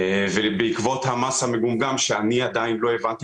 בעקבות המס המגומגם שאני עדיין לא הבנתי